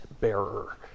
bearer